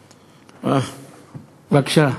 בבקשה.